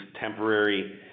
temporary